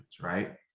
Right